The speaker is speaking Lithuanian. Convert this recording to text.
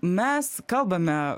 mes kalbame